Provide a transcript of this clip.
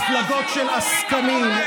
מה עשיתם, לא היינו צריכים מפלגות של עסקנים,